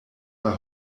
are